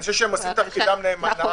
אני חושב שהם עושים תפקידם נאמנה,